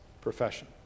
profession